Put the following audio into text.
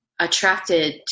attracted